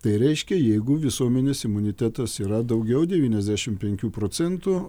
tai reiškia jeigu visuomenės imunitetas yra daugiau devyniasdešim penkių procentų